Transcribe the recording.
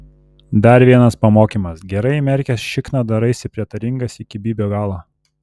dar vienas pamokymas gerai įmerkęs šikną daraisi prietaringas iki bybio galo